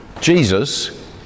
Jesus